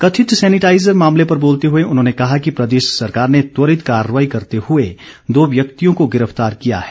कथित सेनिटाइजर मामले पर बोलते हुए उन्होंने कहा कि प्रदेश सरकार ने त्वरित कार्रवाई करते हुए दो व्यक्तियों को गिरफतार किया है